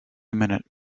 minute